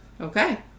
Okay